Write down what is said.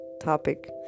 topic